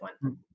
one